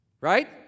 Right